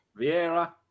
Vieira